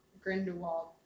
Grindelwald